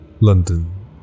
London